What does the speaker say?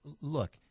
Look